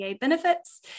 benefits